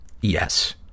Yes